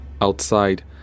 Outside